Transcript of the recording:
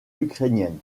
ukrainienne